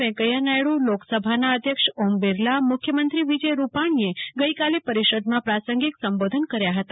વેકૈયા નાયડુ લોકસભાના અધ્યક્ષ ઓમ બીરલા મુખ્યમંત્રી વિજય રૂપાણીએ ગઈકાલે પરિષદમાં પ્રાસંગિક સંબોધન કર્યા હતા